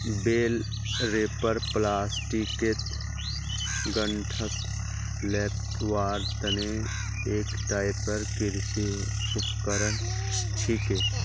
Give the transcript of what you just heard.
बेल wrapper प्लास्टिकत गांठक लेपटवार तने एक टाइपेर कृषि उपकरण छिके